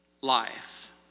life